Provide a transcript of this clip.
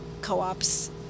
co-ops